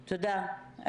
תודה.